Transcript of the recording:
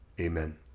amen